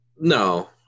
no